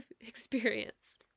experience